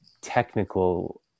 technical